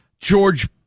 George